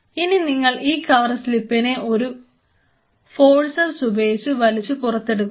ഇനി നിങ്ങൾ ഈ കവർ സ്ലിപ്പിനെ ഒരു ഫോഴ്സെപ്സ് ഉപയോഗിച്ച് വലിച്ച് പുറത്തെടുക്കുക